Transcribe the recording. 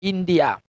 India